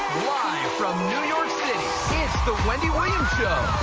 live from new york city, it's the wendy williams show.